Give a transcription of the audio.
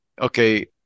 okay